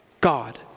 God